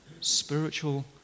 spiritual